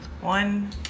One